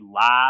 live